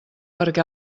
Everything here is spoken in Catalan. perquè